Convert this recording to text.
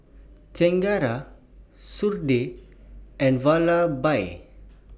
Chengara Sudhir and Vallabhbhai